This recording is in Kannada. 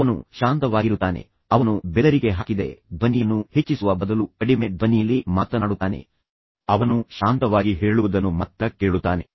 ಅವನು ಶಾಂತವಾಗಿರುತ್ತಾನೆ ಅವನು ಬೆದರಿಕೆ ಹಾಕಿದರೆ ಧ್ವನಿಯನ್ನು ಹೆಚ್ಚಿಸುವ ಬದಲು ಕಡಿಮೆ ಧ್ವನಿಯಲ್ಲಿ ಮಾತನಾಡುತ್ತಾನೆ ಅವನು ಶಾಂತವಾಗಿ ಹೇಳುವುದನ್ನು ಮಾತ್ರ ಕೇಳುತ್ತಾನೆ